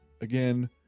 Again